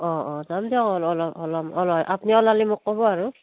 অঁ অঁ যাম দিয়ক আপুনি ওলালি মোক ক'ব আৰু